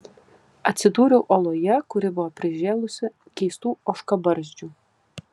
atsidūriau oloje kuri buvo prižėlusi keistų ožkabarzdžių